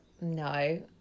No